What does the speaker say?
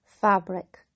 fabric